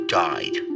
died